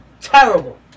Terrible